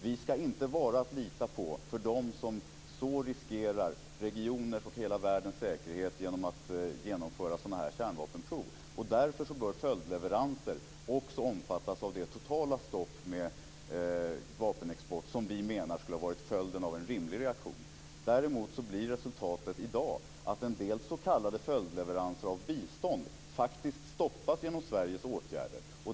Vi skall inte vara att lita på för dem som så riskerar regioners och hela världens säkerhet genom att genomföra sådana kärnvapenprov. Därför bör följdleveranser också omfattas av det totala stopp med vapenexport som vi menar skulle ha varit följden av en rimlig reaktion. Resultatet i dag blir att en del s.k. följdleveranser av bistånd faktiskt stoppas på grund av Sveriges åtgärder.